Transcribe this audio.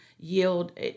yield